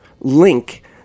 Link